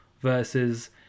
versus